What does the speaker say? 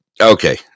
Okay